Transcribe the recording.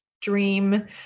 dream